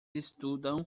estudam